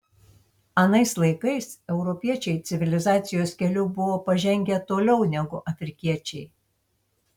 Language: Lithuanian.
anais laikais europiečiai civilizacijos keliu buvo pažengę toliau negu afrikiečiai